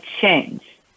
change